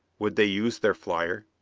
would they use their flyer?